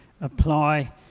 apply